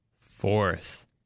fourth